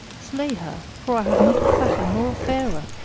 slay her, for i have not a fatter nor a fairer!